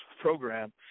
program